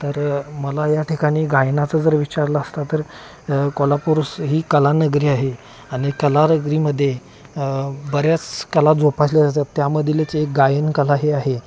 तर मला या ठिकाणी गायनाचा जर विचारला असता तर कोल्हापूरुस ही कला नगरी आहे आणि कला नगरीमध्ये बऱ्याच कला जोपासल्या जातात त्यामधीलच एक गायन कला हे आहे